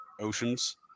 oceans